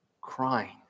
crying